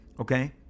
okay